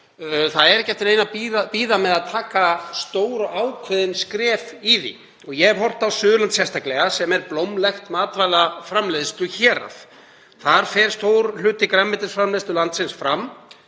Það er ekki eftir neinu að bíða með að taka stór og ákveðin skref í því. Ég hef horft á Suðurland sérstaklega sem er blómlegt matvælaframleiðsluhérað. Þar fer stór hluti grænmetisframleiðslu landsins fram,